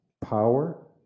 power